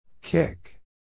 Kick